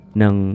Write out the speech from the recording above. ng